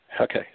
Okay